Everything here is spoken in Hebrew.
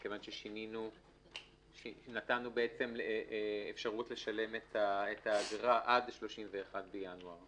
מכיוון שנתנו אפשרות לשלם את האגרה עד ל-31 בינואר.